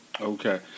Okay